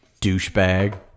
Douchebag